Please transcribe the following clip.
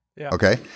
Okay